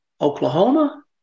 Oklahoma